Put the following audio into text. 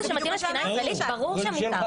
אם זה מתאים לתקינה הישראלית, ברור שמותר.